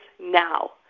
now